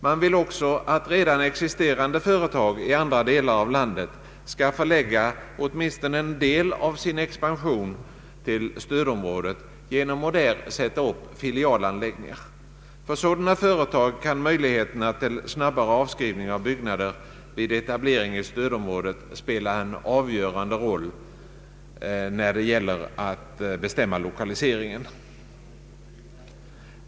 Man vill också att redan existerande företag i andra delar av landet skall förlägga åtminstone en del av sin expansion till stödområdet genom att där sätta upp filialanläggningar. För sådana företag kan möjligheterna till snabbare avskrivning av byggnader vid etablering i stödområdet spela en avgörande roll när det gäller att bestämma lokaliseringen.